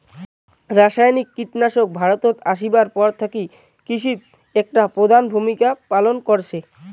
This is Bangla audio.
রাসায়নিক কীটনাশক ভারতত আইসার পর থাকি কৃষিত একটা প্রধান ভূমিকা পালন করসে